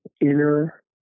inner